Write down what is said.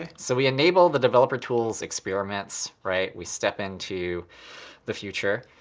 ah so we enable the developer tools experiments, right? we step into the future.